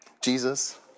Jesus